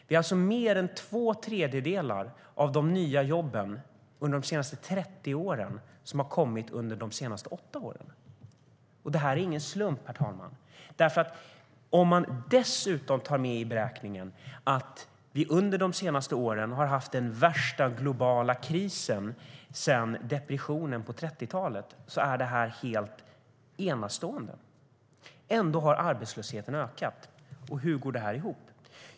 Det är alltså mer än två tredjedelar av de nya jobben under de senaste 30 åren som har kommit under de senaste åtta åren. Det här är ingen slump, herr talman. Om man dessutom tar med i beräkningen att vi under de senaste åren har haft den värsta globala krisen sedan depressionen på 30-talet är det helt enastående. Ändå har arbetslösheten ökat. Hur går det ihop?